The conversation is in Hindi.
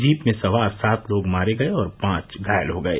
जीप में सवार सात लोग मारे गए और पांच घायल हो गए